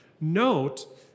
note